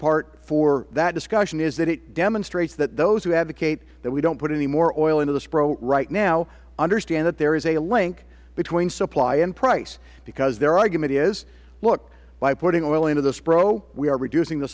part for that discussion is that it demonstrates that those who advocate that we don't put any more oil into the spro right now understand that there is a link between supply and price because their argument is look by putting oil into the spro we are reducing the